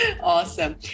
Awesome